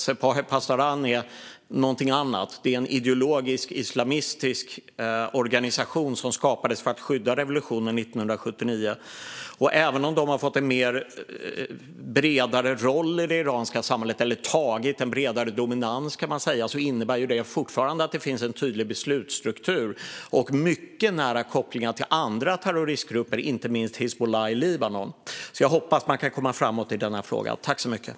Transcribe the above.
Sepah-e Pasdaran är något annat. Det är en ideologisk, islamistisk organisation som skapades för att skydda revolutionen 1979. Även om den har fått en bredare roll i det iranska samhället - eller tagit en bredare dominans, kan man säga - innebär det fortfarande att det finns en tydlig beslutsstruktur och mycket nära kopplingar till andra terroristgrupper, inte minst Hizbollah i Libanon. Jag hoppas att man kan komma framåt i den här frågan.